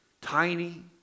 tiny